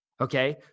Okay